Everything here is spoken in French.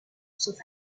sauf